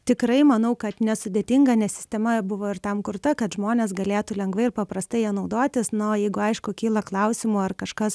tikrai manau kad nesudėtinga nes sistema buvo ir tam kurta kad žmonės galėtų lengvai ir paprastai ja naudotis na jeigu aišku kyla klausimų ar kažkas